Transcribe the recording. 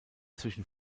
zwischen